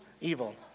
evil